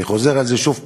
אני חוזר על זה שוב: